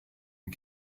and